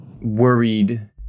worried